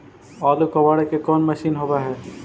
आलू कबाड़े के कोन मशिन होब है?